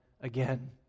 again